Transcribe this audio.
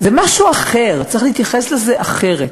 זה משהו אחר, וצריך להתייחס לזה אחרת,